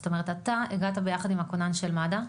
זאת אומרת אתה הגעת ביחד עם הכונן של מד"א,